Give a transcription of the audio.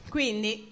Quindi